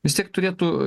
vis tiek turėtų